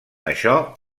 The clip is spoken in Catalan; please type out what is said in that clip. això